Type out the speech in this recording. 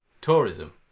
tourism